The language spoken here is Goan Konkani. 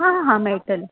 हां हां मेळटलें